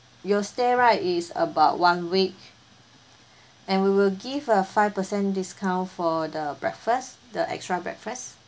your stay right is about one week and we will give a five percent discount for the breakfast the extra breakfast